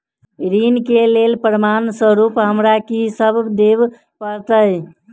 ऋण केँ लेल प्रमाण स्वरूप हमरा की सब देब पड़तय?